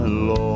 lord